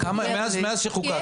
מאז שחוקק החוק,